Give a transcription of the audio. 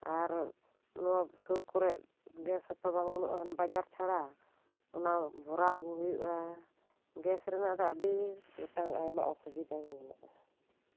ᱟᱨ ᱱᱚᱣᱟ ᱥᱩᱨ ᱠᱚᱨᱮ ᱜᱮᱥ ᱦᱚᱸᱛᱚ ᱵᱟᱹᱱᱩᱜ ᱟ ᱦᱟᱱᱮ ᱵᱟᱡᱟᱨ ᱪᱷᱟᱲᱟ ᱚᱱᱟ ᱵᱷᱚᱨᱟᱣ ᱟᱹᱜᱩ ᱦᱩᱭᱩᱜ ᱟ ᱜᱮᱥ ᱨᱮᱱᱟᱜ ᱫᱚ ᱟᱹᱰᱤ ᱜᱚᱴᱟᱝ ᱟᱭᱢᱟ ᱚᱥᱩᱵᱤᱫᱟ ᱜᱮ ᱢᱮᱱᱟᱜ ᱟ